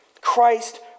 Christ